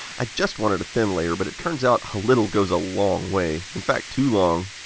i just wanted a thin layer, but it turns out a little goes a long way. in fact too long.